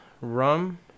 rum